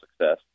success